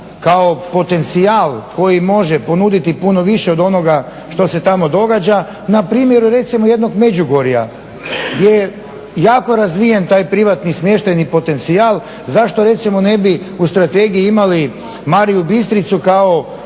kao potencijal koji može ponuditi puno više od onoga što se tamo događa. Na primjeru recimo jednog Međugorja gdje je jako razvijen taj privatni smještajni potencijal, zašto recimo ne bi u strategiji imali Mariju Bistricu kao